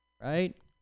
right